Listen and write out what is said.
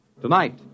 Tonight